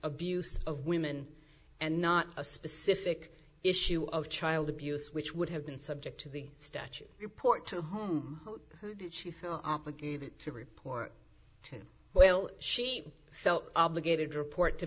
abuse of women and not a specific issue of child abuse which would have been subject to the statute report to home you feel obligated to report well she felt obligated to report to